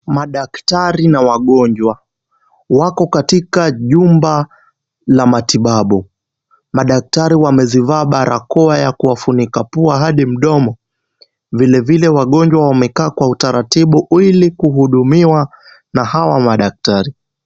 Madaktari na wagonjwa wako katika jumba la matibabu. Madaktari wamezivaa barakoa ya kuwafunika pua hadi mdomo, vilevile wagonjwa wamekaa kwa utaratibu ilikuhudumiwa na hawa madaktari.